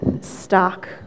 stuck